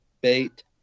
bait